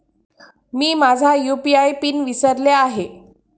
मी माझा UPI PIN विसरले आहे